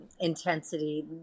intensity